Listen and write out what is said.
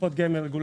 לקופות הגמל.